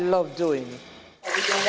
love doing tha